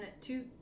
two